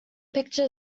picture